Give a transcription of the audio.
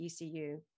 ECU